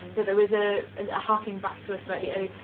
that there was a ah harking back to slightly earlier,